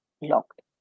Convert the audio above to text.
locked